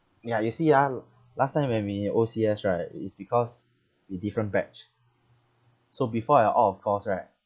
ya you see ah last time when we O_C_S right it is because we different batch so before I out of course right